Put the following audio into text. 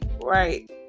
Right